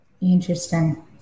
Interesting